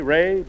Ray